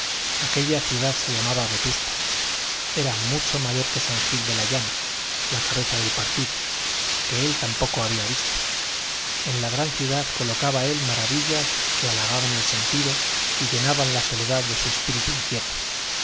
aquella ciudad se llamaba vetusta era mucho mayor que san gil de la llana la cabeza del partido que él tampoco había visto en la gran ciudad colocaba él maravillas que halagaban el sentido y llenaban la soledad de su espíritu inquieto